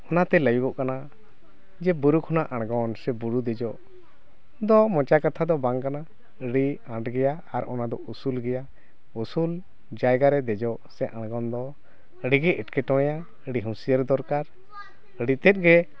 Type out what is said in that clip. ᱚᱱᱟ ᱛᱮ ᱞᱟᱹᱭᱟᱹᱜᱚᱜ ᱠᱟᱱᱟ ᱵᱩᱨᱩ ᱠᱷᱚᱱᱟᱜ ᱟᱬᱜᱚᱱ ᱥᱮ ᱵᱩᱨᱩ ᱫᱮᱡᱚᱜ ᱫᱚ ᱢᱚᱪᱟ ᱠᱟᱛᱷᱟ ᱫᱚ ᱵᱟᱝ ᱠᱟᱱᱟ ᱟᱹᱰᱤ ᱟᱸᱴ ᱜᱮᱭᱟ ᱚᱱᱟ ᱫᱚ ᱩᱥᱩᱞ ᱜᱮᱭᱟ ᱩᱥᱩᱞ ᱡᱟᱭᱜᱟ ᱨᱮ ᱫᱮᱡᱚᱜ ᱥᱮ ᱟᱬᱜᱚᱱ ᱫᱚ ᱟᱹᱰᱤᱜᱮ ᱮᱴᱠᱮᱴᱚᱬᱮᱭᱟ ᱟᱹᱰᱤ ᱦᱩᱥᱭᱟᱹᱨ ᱫᱚᱨᱠᱟᱨ ᱟᱹᱰᱤ ᱛᱮᱫ ᱜᱮ